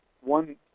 one